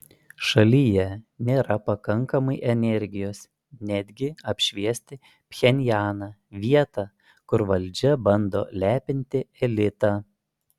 šalyje nėra pakankamai energijos netgi apšviesti pchenjaną vietą kur valdžia bando lepinti elitą